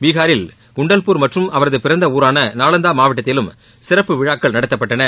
பீஹாரில் குண்டவ்பூர் மற்றும் அவரதுபிறந்தஊரானநாலாந்தாமாவட்டத்திலும் சிறப்பு விழாக்கள் நடத்தப்பட்டன